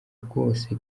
rwose